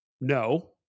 no